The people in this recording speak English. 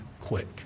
quick